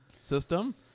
system